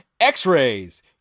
X-rays